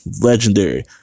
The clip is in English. Legendary